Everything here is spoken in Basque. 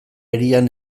hirian